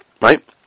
Right